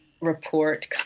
report